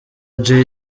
jay